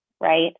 right